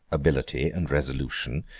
ability, and resolution,